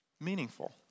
meaningful